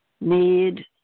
need